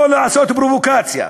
"או לעשות פרובוקציה".